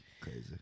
crazy